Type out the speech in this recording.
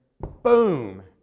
boom